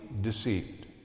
deceived